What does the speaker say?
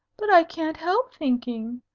but i can't help thinking.